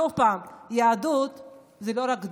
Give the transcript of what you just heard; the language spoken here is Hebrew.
שוב, יהדות היא לא רק דם,